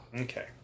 Okay